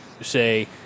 say